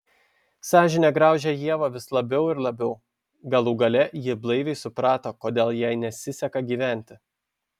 sąžinė graužė ievą vis labiau ir labiau galų gale ji blaiviai suprato kodėl jai nesiseka gyventi